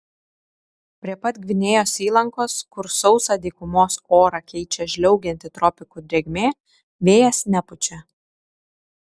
prie pat gvinėjos įlankos kur sausą dykumos orą keičia žliaugianti tropikų drėgmė vėjas nepučia